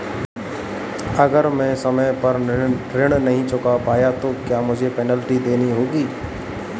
अगर मैं समय पर ऋण नहीं चुका पाया तो क्या मुझे पेनल्टी देनी होगी?